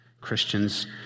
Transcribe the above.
Christians